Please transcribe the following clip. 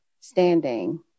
standing